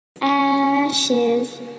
Ashes